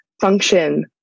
function